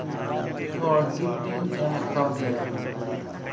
ᱦᱚᱸ ᱜᱤᱯᱷᱴᱤᱧ ᱮᱢ ᱠᱟᱣᱫᱮᱭᱟ